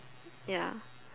ya